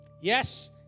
Yes